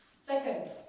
Second